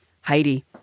Heidi